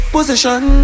Position